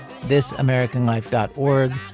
thisamericanlife.org